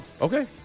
Okay